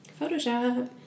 Photoshop